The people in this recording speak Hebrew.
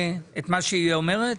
את מה שהיא אומרת,